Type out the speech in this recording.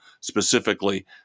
specifically